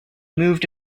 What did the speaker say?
moved